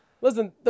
Listen